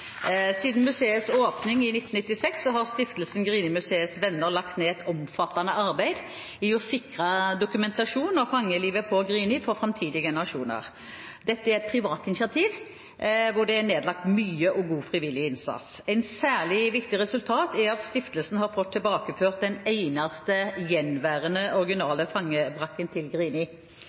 Siden museets åpning i 1996 har stiftelsen Grinimuseets Venner lagt ned et omfattende arbeid i å sikre dokumentasjon om fangelivet på Grini for framtidige generasjoner. Dette er et privat initiativ, der det er nedlagt mye og god frivillig innsats. Et særlig viktig resultat er at stiftelsen har fått tilbakeført den eneste gjenværende originale fangebrakken til Grini.